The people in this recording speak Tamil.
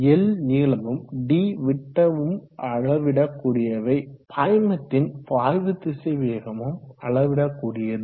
L நீளமும் d விட்டமும் அளவிடக்கூடியவை பாய்மத்தின் பாய்வு திசைவேகமும் அளவிடப்படக்கூடியது